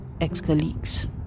ex-colleagues